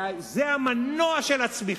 זה המנוע של הצמיחה.